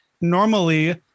normally